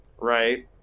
right